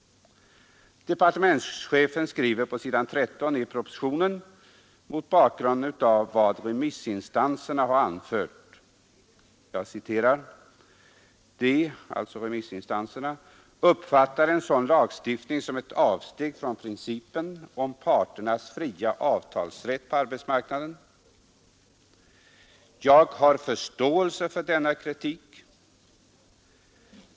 Departementschefen skriver på s. 13 i propositionen mot bakgrunden av vad remissinstanserna anfört: ”De ”— remissinstanserna —” uppfattar en sådan lagstiftning som ett avsteg från principen om parternas fria avtalsrätt på arbetsmarknaden. Jag har förståelse för denna kritik.